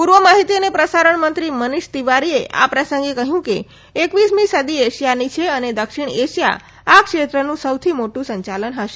પૂર્વ માહિતી અને પ્રસારણ મંત્રી મનીષ તિવારીએ આ પ્રસંગે કહ્યું કે એક્વીસમી સદી એશિયાની સદી છે અને દક્ષિણ એશિયા આ ક્ષેત્રનું સૌથી મોટું સંચાલ હશે